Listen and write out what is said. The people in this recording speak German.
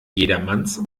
jedermanns